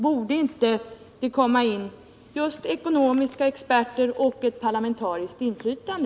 Borde det inte här komma in ekonomiska experter och ett parlamentariskt inflytande?